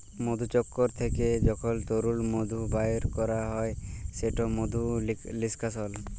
মধুচক্কর থ্যাইকে যখল তরল মধু বাইর ক্যরা হ্যয় সেট মধু লিস্কাশল